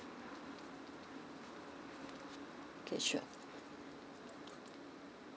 okay sure